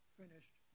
finished